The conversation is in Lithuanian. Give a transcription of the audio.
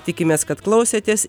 tikimės kad klausėtės